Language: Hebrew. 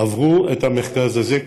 עברו במרכז הזה,